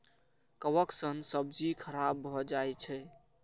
कवक सं सब्जी खराब भए जाइ छै